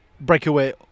breakaway